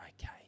okay